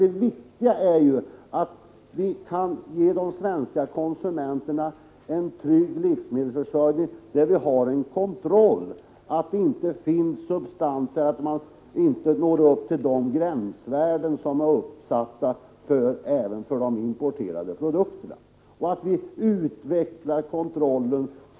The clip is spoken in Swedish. Det viktiga är ju att vi kan ge de svenska konsumenterna en trygg livsmedelsförsörjning, där vi har kontroll på att det inte finns substanser i livsmedlen som når över de gränsvärden som är uppsatta även för de importerade produkterna och att vi utvecklar kontrollen så att risken blir mindre och mindre.